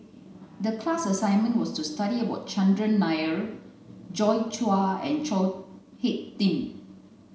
the class assignment was to study about Chandran Nair Joi Chua and Chao Hick Tin